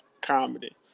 comedy